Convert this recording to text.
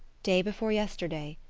day before yesterday,